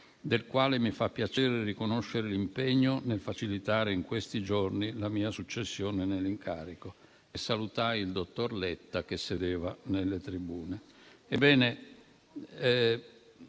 del quale mi faceva piacere riconoscere l'impegno nel facilitare in quei giorni la mia successione nell'incarico, e salutai il dottor Letta che sedeva nelle tribune.